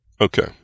Okay